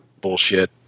bullshit